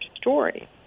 story